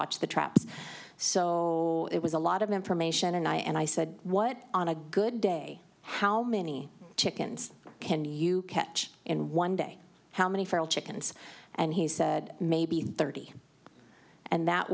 watch the traps so it was a lot of information and i and i said what on a good day how many chickens can you catch in one day how many feral chickens and he said maybe thirty and that